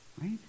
Right